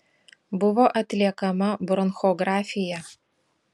buvo atliekama bronchografija